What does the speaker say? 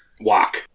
walk